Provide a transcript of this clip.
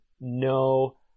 no